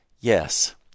Yes